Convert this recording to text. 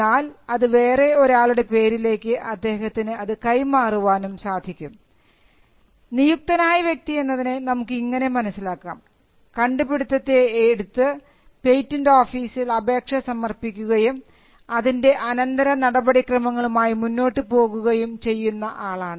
എന്നാൽ അത് വേറെ ഒരാളുടെ പേരിലേക്ക് അദ്ദേഹത്തിന് അത് കൈമാറുവാനും സാധിക്കും നിയുക്തനായ വ്യക്തി എന്നതിനെ നമുക്ക് ഇങ്ങനെ മനസ്സിലാക്കാം കണ്ടുപിടുത്തത്തെ എടുത്ത് പേറ്റന്റ് ഓഫീസിൽ അപേക്ഷ സമർപ്പിക്കുകയും അതിൻറെ അനന്തര നടപടിക്രമങ്ങളുമായി മുന്നോട്ടുപോകുകയും ചെയ്യുന്ന ആളാണ്